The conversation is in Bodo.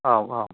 औ औ